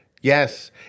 yes